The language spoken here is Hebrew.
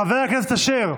חבר הכנסת אשר,